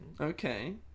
Okay